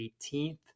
18th